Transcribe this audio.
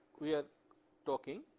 we are talking,